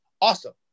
Awesome